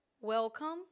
welcome